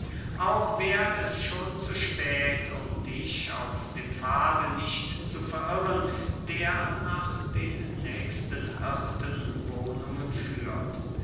auch wär es schon zu spät um dich auf dem pfade nicht zu verirren der nach den nächsten hirtenwohnungen führt